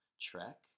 trek